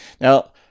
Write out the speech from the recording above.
Now